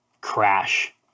crash